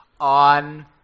on